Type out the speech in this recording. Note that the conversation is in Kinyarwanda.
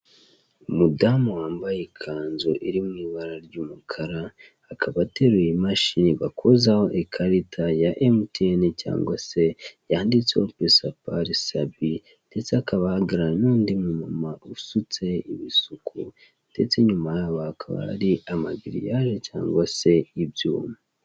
Umudamu wambaye ikanzu iri mu ibara ry'umukara akaba ateruye imashini bakozaho ikarita ya emutiyeni cyangwase yanditseho pisapari savi, ndetse akaba ahagaranye n'undi mumama usutse ibisuko, ndetse haka hari amagiriyaje cyangwase ibyuma.